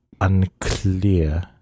unclear